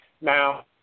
Now